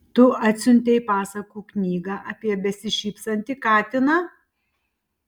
tu atsiuntei pasakų knygą apie besišypsantį katiną